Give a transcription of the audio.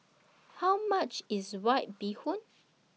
How much IS White Bee Hoon